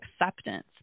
acceptance